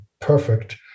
perfect